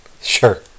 Sure